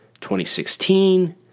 2016